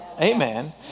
Amen